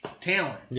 talent